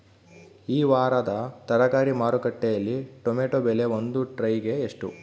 ಈ ವಾರದ ತರಕಾರಿ ಮಾರುಕಟ್ಟೆಯಲ್ಲಿ ಟೊಮೆಟೊ ಬೆಲೆ ಒಂದು ಟ್ರೈ ಗೆ ಎಷ್ಟು?